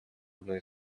одной